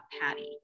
Patty